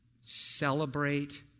celebrate